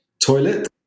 toilet